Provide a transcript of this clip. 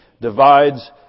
divides